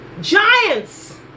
giants